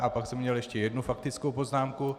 A pak jsem měl ještě jednu faktickou poznámku.